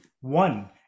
One